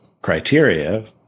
criteria